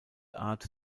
art